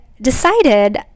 decided